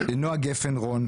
לנועה גפן רון,